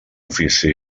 ofici